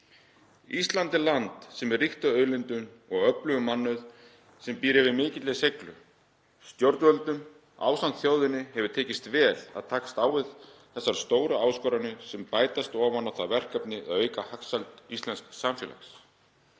Ísland er land sem er ríkt af auðlindum og öflugum mannauði sem býr yfir mikilli seiglu. Stjórnvöldum ásamt þjóðinni hefur tekist vel að takast á við þessar stóru áskoranir sem bætast ofan á það verkefni að auka hagsæld íslensks samfélags.